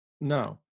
No